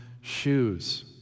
shoes